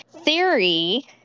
theory